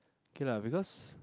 K lah because